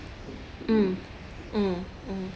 um